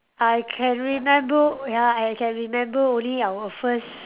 I can remember ya I can remember only our first